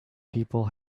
people